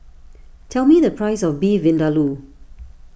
tell me the price of Beef Vindaloo